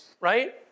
Right